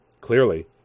Clearly